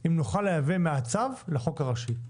אם נוכל לייבא מהצו לחוק הראשי.